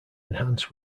enhanced